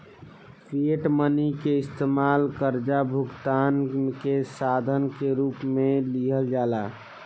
fiat money के इस्तमाल कर्जा भुगतान के साधन के रूप में कईल जाला